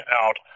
out